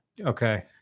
okay